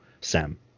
Sam